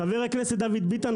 חבר הכנסת דוד ביטן,